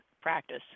practice